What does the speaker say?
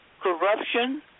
corruption